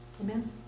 Amen